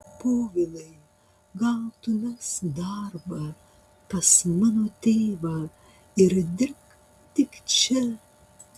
povilai gal tu mesk darbą pas mano tėvą ir dirbk tik čia